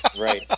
Right